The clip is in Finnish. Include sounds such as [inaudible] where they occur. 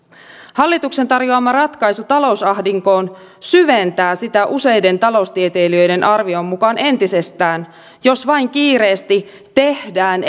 hallituksen tarjoama ratkaisu talousahdinkoon syventää sitä useiden taloustieteilijöiden arvion mukaan entisestään jos vain kiireesti tehdään [unintelligible]